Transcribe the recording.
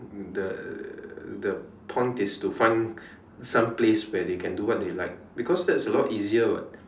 the the point is to find some place where they can do what they like because that's a lot easier [what]